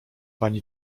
pani